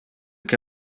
que